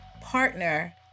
partner